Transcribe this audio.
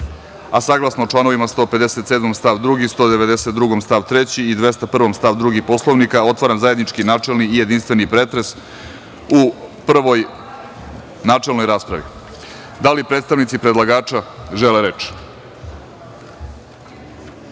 poslanika. Saglasno članovima 157. stav 2, 192. stav 3. i 201. stav 2. Poslovnika, otvaram zajednički, načelni i jedinstveni pretres u prvoj načelnoj raspravi. Da li predstavnici predlagača žele reč? Reč